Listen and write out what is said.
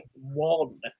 one